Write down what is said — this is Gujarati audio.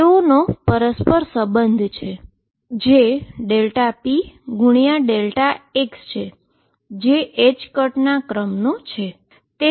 તેઓનો પરસ્પર સંબંધ છે જે ΔpΔx છે જે ℏ ના ક્રમનો છે